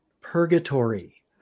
purgatory